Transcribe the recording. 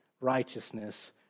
righteousness